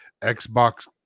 Xbox